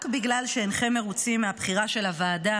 רק בגלל שאינכם מרוצים מהבחירה של הוועדה